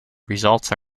results